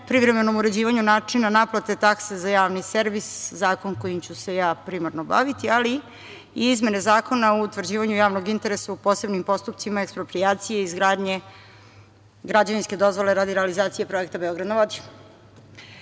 privremenom uređivanju načina naplate takse za Javni servis, zakon kojim ću se ja primarno baviti, ali i izmene Zakona o utvrđivanju javnog interesa u posebnim postupcima eksproprijacije i izgradnje građevinske dozvole radi realizacije projekta „Beograd na